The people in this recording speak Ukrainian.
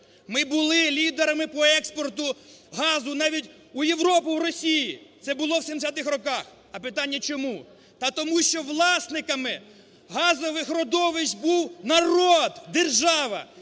ми були лідерами по експорту газу навіть у Європу, в Росії. Це було в 70-х роках. А питання, чому? Та тому що власниками газових родовищ був народ, держава.